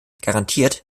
garantiert